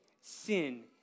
sin